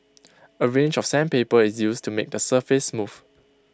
A range of sandpaper is used to make the surface smooth